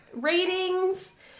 ratings